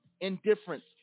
indifference